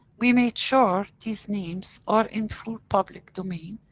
we made sure these names are in full public domain.